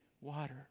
water